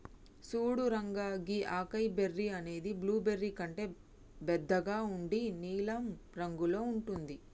సూడు రంగా గీ acai berry అనేది బ్లూబెర్రీ కంటే బెద్దగా ఉండి నీలం రంగులో ఉంటుంది